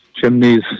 chimneys